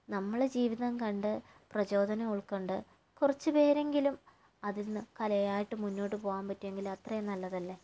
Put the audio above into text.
നമ്മളുടെ ജീവിതം കണ്ട് പ്രചോദനം ഉൾക്കൊണ്ട് കുറച്ചുപേരെങ്കിലും അതിന്ന് കലയായിട്ട് മുന്നോട്ട് പോവാൻ പറ്റുമെങ്കില് അത്രേം നല്ലതല്ലേ